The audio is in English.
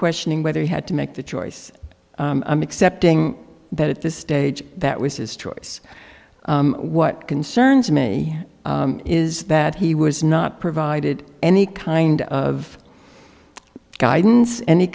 questioning whether he had to make the choice accepting that at this stage that was his choice what concerns me is that he was not provided any kind of guidance any